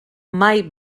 mai